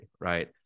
right